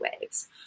waves